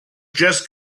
just